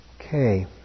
Okay